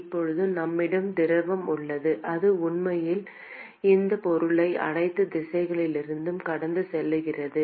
இப்போது நம்மிடம் திரவம் உள்ளது அது உண்மையில் இந்த பொருளை அனைத்து திசைகளிலும் கடந்து செல்கிறது